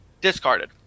discarded